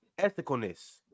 Ethicalness